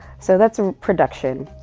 so that's production.